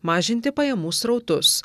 mažinti pajamų srautus